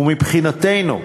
ומבחינתנו,